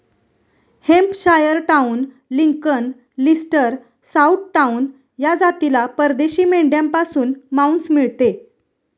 Hampshire down, Lincoln, Leicester, southdown या जातीला परदेशी मेंढ्यांपासून मांस मिळते